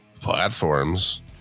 platforms